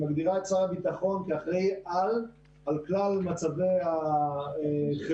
שמגדירה את שר הביטחון כאחראי על כלל מצבי החירום.